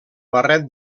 barret